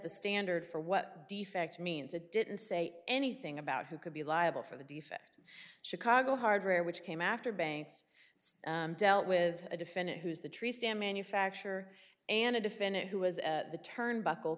the standard for what defects means it didn't say anything about who could be liable for the defect chicago hardware which came after banks dealt with a defendant who's the tristan manufacture and a defendant who was the turnbuckle